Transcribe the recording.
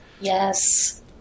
yes